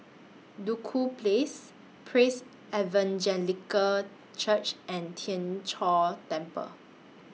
Duku Place Praise Evangelical Church and Tien Chor Temple